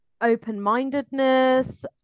Open-mindedness